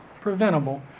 preventable